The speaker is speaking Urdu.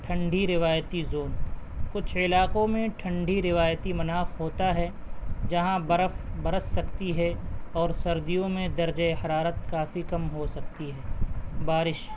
ٹھنڈی روایتی زون کچھ علاقوں میں ٹھنڈی روایتی مناخ ہوتا ہے جہاں برف برس سکتی ہے اور سردیوں میں درجۂ حرارت کافی کم ہو سکتی ہے بارش